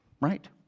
right